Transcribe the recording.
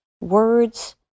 Words